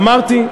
אמרתי.